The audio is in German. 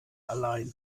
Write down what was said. alleine